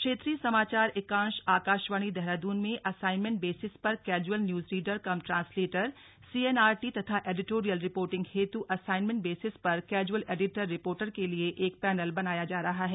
क्षेत्रीय समाचार एकांश आकाशवाणी देहरादून में असाइन्मेंट बेसिस पर casual news reader cum translator CNRT तथा एडिटोरियलरिपोर्टिंग हेतु असाइन्मेंट बेसिस पर कैजुअल एडिटररिपोर्टर के लिए एक पैनल बनाया जा रहा है